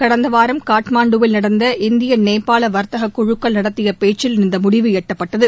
கடந்த வாரம் காட்மாண்டுவில் நடந்த இந்தியா நேபாள வர்த்தக குழுக்கள் நடத்திய பேச்சில் இந்த முடிவு எட்டப்பட்டது